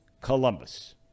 Columbus